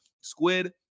Squid